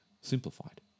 simplified